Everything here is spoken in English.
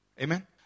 Amen